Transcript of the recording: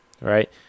Right